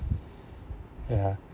ya